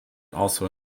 also